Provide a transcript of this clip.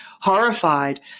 horrified